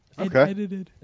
Okay